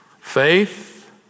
Faith